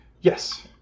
yes